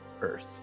Earth